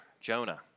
Jonah